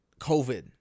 COVID